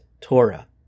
Torah